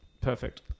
Perfect